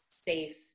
safe